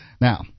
Now